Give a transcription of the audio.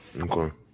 okay